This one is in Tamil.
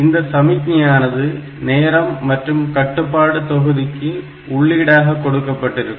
இந்த சமிக்ஞையானது நேரம் மற்றும் கட்டுப்பாடு தொகுதிக்கு உள்ளீடாக கொடுக்கப்பட்டிருக்கும்